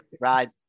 Right